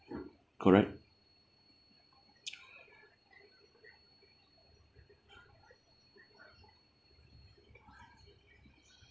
correct